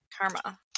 Karma